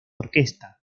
orquesta